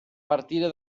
partire